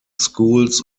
schools